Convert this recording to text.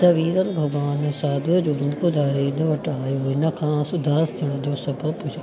त विरल भॻवान साधूअ जो रूप धारे हिन वटि आयो हुओ हिन खां उदासु थियण जो सबबु पुछियो